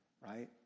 right